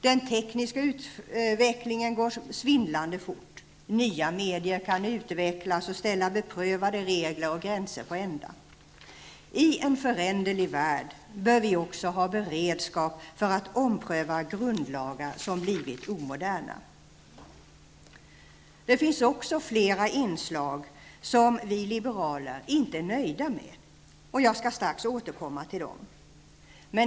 Den tekniska utvecklingen går svindlande fort. Nya medier kan utvecklas och ställa beprövade regler och gränser på ända. I en föränderlig värld bör vi också ha beredskap för att ompröva grundlagar som blivit omoderna. Det finns flera inslag som vi liberaler inte är nöjda med. Jag skall strax återkomma till dem.